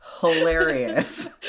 hilarious